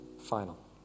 final